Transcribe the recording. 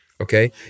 Okay